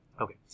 Okay